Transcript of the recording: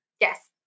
yes